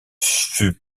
fut